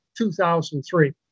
2003